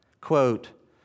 Quote